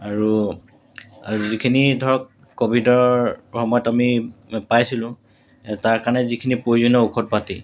আৰু যিখিনি ধৰক ক'ভিডৰ সময়ত আমি পাইছিলোঁ তাৰ কাৰণে যিখিনি প্ৰয়োজনীয় ঔষধ পাতি